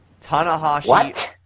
Tanahashi